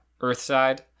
Earthside